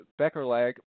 Beckerlag